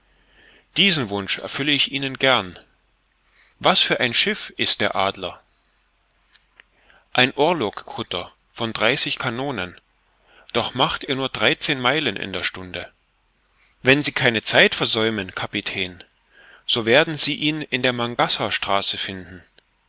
diesen wunsch erfülle ich ihnen gern was für ein schiff ist der adler ein orlog kutter von dreißig kanonen doch macht er nur dreizehn meilen in der stunde wenn sie keine zeit versäumen kapitän so werden sie ihn in der mangkassarstraße finden